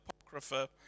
apocrypha